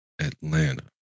Atlanta